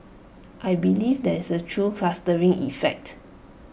I believe there is A true clustering effect